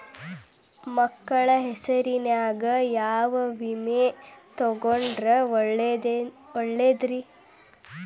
ಮಕ್ಕಳ ಹೆಸರಿನ್ಯಾಗ ಯಾವ ವಿಮೆ ತೊಗೊಂಡ್ರ ಒಳ್ಳೆದ್ರಿ?